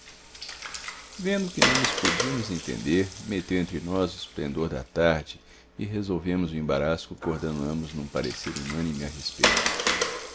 vendo que não nos podíamos entender meteu entre nós o esplendor da tarde e resolvemos o embaraço concordando ambos num parecer unânime a respeito